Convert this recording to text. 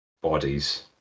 bodies